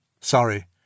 Sorry